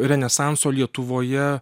renesanso lietuvoje